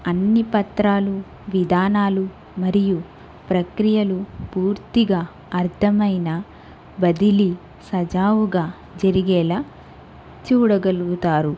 అన్ని పత్రాలు విధానాలు మరియు ప్రక్రియలు పూర్తిగా అర్థమైన బదిలి సజావుగా జరిగేలా చూడగలుగుతారు